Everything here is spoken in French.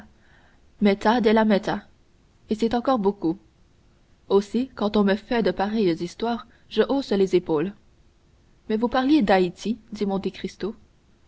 et c'est encore beaucoup aussi quand on me fait de pareilles histoires je hausse les épaules mais vous parliez d'haïti